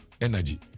energy